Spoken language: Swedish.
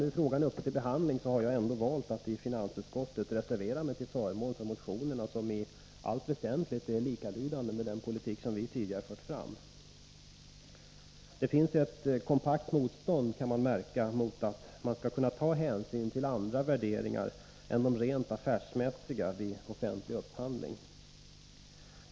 Men när frågan nu är uppe till behandling har jag ändå valt att i finansutskottet reservera mig till förmån för motionerna, vilka i allt väsentligt är likalydande med den politik som vi tidigare fört fram. Man kan märka att det finns ett kompakt motstånd mot att införa möjligheter att ta hänsyn till andra värderingar än de rent affärsmässiga vid offentlig upphandling.